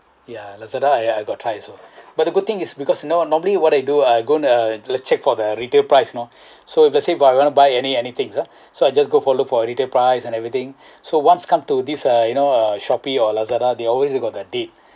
ya Lazada I I got try also but the good thing is because you know uh normally what I do I going to do uh check for the retail price you know so if let's say if I want to buy any anything ah so I just go for look for retail price and everything so once come to this uh you know uh Shopee or Lazada they always got the date